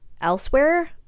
elsewhere